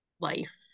life